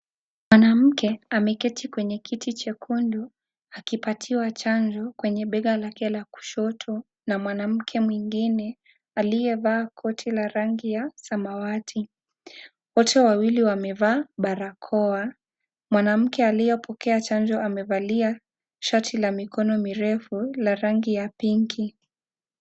Mwanamke ameketi kwenye kiti jekundu akipatiwa chanjo kwenye bega lake la kushoto na mwanamke mwingine aliyevaa koti la rangi ya samawati wote wawili wamevaa barakoa, mwanamke aliyepokea chanjo amevalia shati la mikono mirefu la rangi ya pinki.